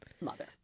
mother